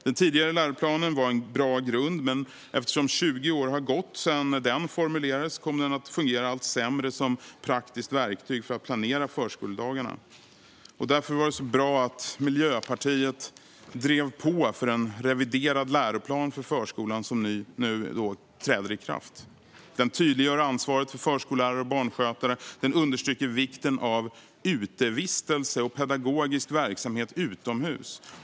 Den tidigare läroplanen var en bra grund, men eftersom 20 år har gått sedan den formulerades kom den att fungera allt sämre som praktiskt verktyg för att planera förskoledagarna. Därför var det bra att Miljöpartiet drev på för en reviderad läroplan för förskolan, som nu träder i kraft. Den tydliggör ansvaret för förskollärare och barnskötare. Den understryker vikten av utevistelse och pedagogisk verksamhet utomhus.